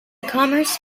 commerce